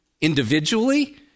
individually